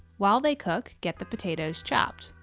while they cook, get the potatoes chopped.